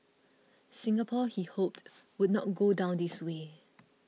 Singapore he hoped would not go down this way